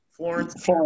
Florence